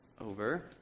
over